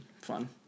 fun